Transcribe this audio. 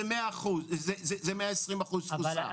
זה 120% תפוסה.